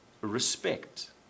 respect